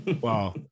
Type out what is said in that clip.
Wow